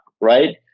right